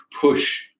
push